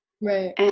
right